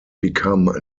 become